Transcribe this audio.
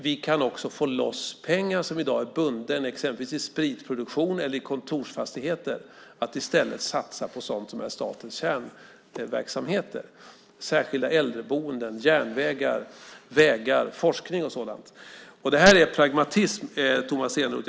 Vi kan också få loss pengar som i dag är bundna exempelvis i spritproduktion eller i kontorsfastigheter för att i stället satsa på sådant som är statens kärnverksamheter, som särskilda äldreboenden, järnvägar, vägar, forskning och sådant. Det här är pragmatism, Tomas Eneroth.